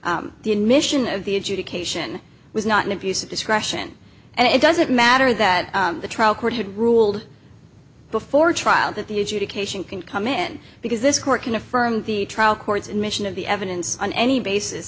the admission of the adjudication was not an abuse of discretion and it doesn't matter that the trial court had ruled before trial that the adjudication can come in because this court can affirm the trial court's admission of the evidence on any basis